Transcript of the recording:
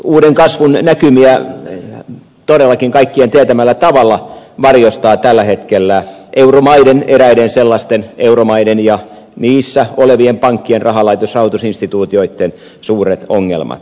uuden kasvun näkymiä todellakin kaikkien tietämällä tavalla varjostavat tällä hetkellä euromaiden eräiden sellaisten euromaiden ja niissä olevien pankkien rahalaitosten rahoitusinstituutioiden suuret ongelmat